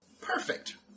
Perfect